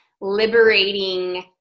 liberating